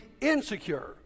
insecure